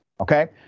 okay